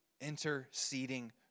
interceding